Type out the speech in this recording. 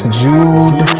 jude